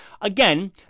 again